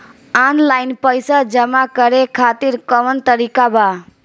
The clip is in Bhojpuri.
आनलाइन पइसा जमा करे खातिर कवन तरीका बा?